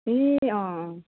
ए अँ